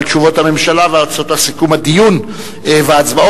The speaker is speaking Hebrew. אבל תשובות הממשלה והצעות לסיכום הדיון והצבעות